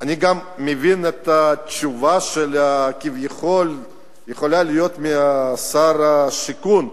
אני גם מבין את התשובה שכביכול יכולה להיות משר השיכון: